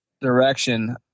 direction